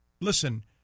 Listen